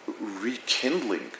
rekindling